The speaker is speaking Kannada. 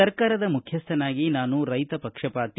ಸರ್ಕಾರದ ಮುಖ್ಯಸ್ಥನಾಗಿ ನಾನು ರೈತ ಪಕ್ಷಪಾತಿ